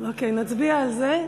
נצביע על זה.